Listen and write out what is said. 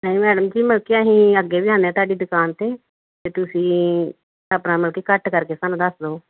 ਨਹੀਂ ਮੈਡਮ ਜੀ ਮਤਲਬ ਕਿ ਅਸੀਂ ਅੱਗੇ ਵੀ ਆਉਂਦੇ ਹਾਂ ਤੁਹਾਡੀ ਦੁਕਾਨ 'ਤੇ ਅਤੇ ਤੁਸੀਂ ਆਪਣਾ ਮਤਲਬ ਕਿ ਘੱਟ ਕਰਕੇ ਸਾਨੂੰ ਦੱਸ ਦਿਓ